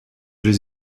les